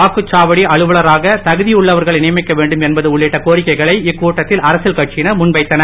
வாக்குச்சாடிவ அலுவலராக தகுதியுள்ளவர்களை நியமிக்க வேண்டும் என்பது உள்ளிட்ட கோரிக்கைகளை இக்கூட்டத்தில் அரசியல் கட்சியினர் முன்வைத்தனர்